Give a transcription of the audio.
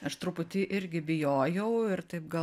aš truputį irgi bijojau ir taip gal